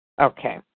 Okay